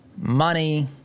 money